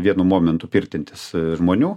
vienu momentu pirtintis žmonių